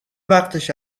وقتش